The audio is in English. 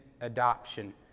adoption